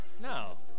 No